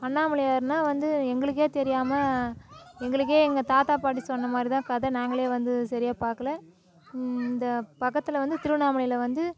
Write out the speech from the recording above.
அண்ணாமலையார்னால் வந்து எங்களுக்கே தெரியாமல் எங்களுக்கே எங்கள் தாத்தா பாட்டி சொன்ன மாதிரிதான் கதை நாங்களே வந்து சரியாக பார்க்கல இந்த பக்கதில் வந்து திருவண்ணாமலையில் வந்து